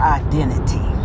identity